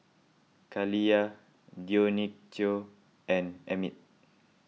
Kaliyah Dionicio and Emit